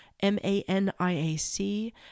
M-A-N-I-A-C